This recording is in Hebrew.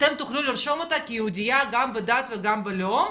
אתם תוכלו לרשום אותה כיהודייה גם בדת וגם בלאום,